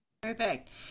Perfect